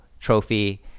trophy